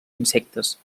insectes